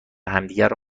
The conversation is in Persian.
همدیگر